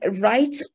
right